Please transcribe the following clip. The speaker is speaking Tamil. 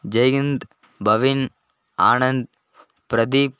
ஜெய்ஹிந் பவின் ஆனந்த் பிரதீப்